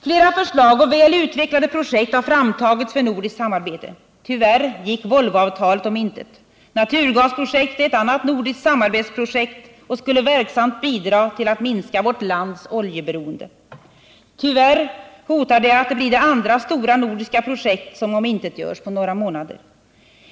Flera förslag och väl utvecklade projekt har framtagits för nordiskt samarbete. Tyvärr gick Volvoavtalet om intet. Naturgasprojektet är ett annat nordiskt samarbetsprojekt som skulle verksamt bidra till att minska vårt lands oljeberoende. Tyvärr hotar det att bli det andra stora nordiska projekt som omintetgörs på några månader.